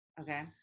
okay